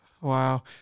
wow